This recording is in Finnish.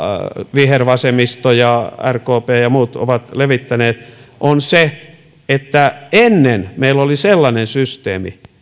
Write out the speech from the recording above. vihervasemmisto ja rkp ja ja muut ovat levittäneet on se että ennen meillä oli sellainen systeemi